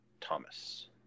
Thomas